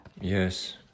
Yes